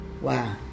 Wow